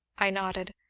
i nodded,